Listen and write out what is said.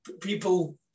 people